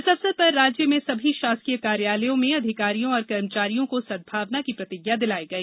इस अवसर पर राज्य में सभी शासकीय कार्यालयों में अधिकारियों और कर्मचारियों को सदभावना की प्रतिज्ञा दिलाई गई